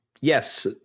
yes